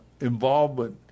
involvement